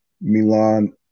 Milan